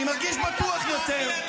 אני מרגיש בטוח יותר.